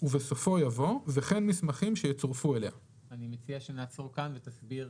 ובסופו יבוא "וכן מסמכים שיצורפו אליה"; אני מציע שנעצור כאן ותסביר